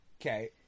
Okay